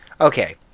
Okay